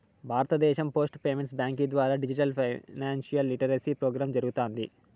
భారతదేశం post payments బ్యాంకీ ద్వారా డిజిటల్ ఫైనాన్షియల్ లిటరసీ ప్రోగ్రామ్ జరగతాంది